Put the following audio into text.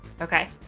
Okay